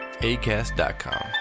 ACAST.com